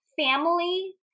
family